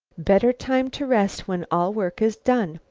better time to rest when all work is done.